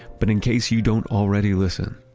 but in case you don't already listen,